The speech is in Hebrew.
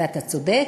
אתה צודק.